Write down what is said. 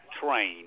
train